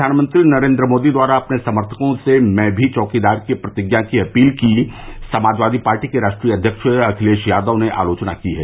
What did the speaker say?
प्रधानमंत्री नरेन्द्र मोदी द्वारा अपने समर्थकों से मैं भी चौकीदार की प्रतिज्ञा की अपील की समाजवादी पार्टी के राष्ट्रीय अध्यक्ष अखिलेश यादव ने आलोचना की है